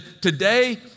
today